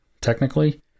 technically